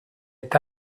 est